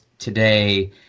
today